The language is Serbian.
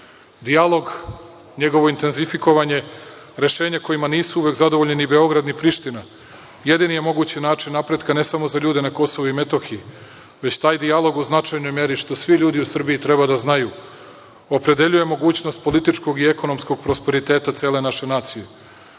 Dijalog, njegovo intenzifikovanje, rešenja kojima nisu uvek zadovoljni ni Beograd ni Priština, jedini je mogući način napretka, ne samo za ljude na Kosovu i Metohiji, već taj dijalog u značajnoj meri, što svi ljudi u Srbiji treba da znaju, opredeljuje mogućnost političkog i ekonomskog prosperiteta cele naše nacije.Za